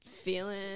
Feeling